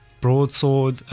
broadsword